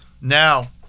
now